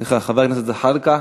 סליחה, חבר הכנסת זחאלקָה.